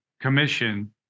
commission